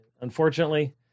unfortunately